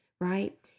Right